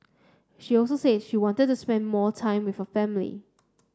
she also said she wanted to spend more time with her family